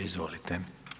Izvolite.